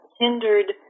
hindered